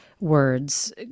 words